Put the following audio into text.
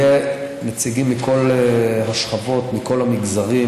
יהיו נציגים מכל השכבות, מכל המגזרים.